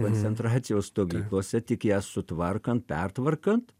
koncentracijos stovyklose tik jas sutvarkant pertvarkant